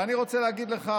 ואני רוצה להגיד לך,